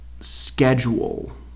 schedule